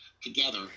together